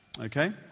Okay